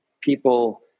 people